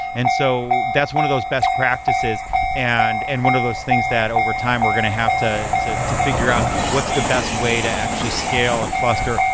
and so that's one of those best practices and and one of those things that over time we're going to have to to figure out what's the best way to actually scale a cluster,